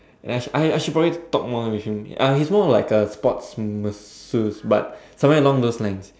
yes I actually probably should talk more with him uh he's more of like a sports masseur but something along those lines